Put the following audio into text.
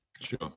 Sure